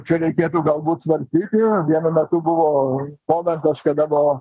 čia reikėtų galbūt svarstyti vienu metu buvo momentas kada buvo